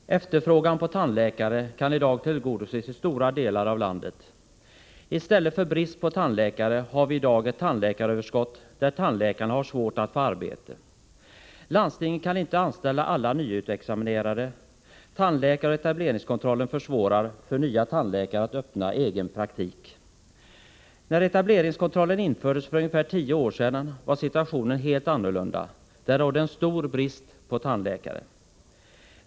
Herr talman! Efterfrågan på tandläkare kan i dag tillgodoses i stora delar av landet. I stället för brist på tandläkare har vi i dag ett tandläkaröverskott som gör att tandläkarna har svårt att få arbete. Landstingen kan inte anställa alla nyutexaminerade tandläkare, och etableringskontrollen försvårar för nya tandläkare att öppna egen praktik. När etableringskontrollen infördes för ungefär tio år sedan var situationen helt annorlunda. Det rådde en stor brist på tandläkare.